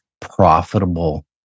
profitable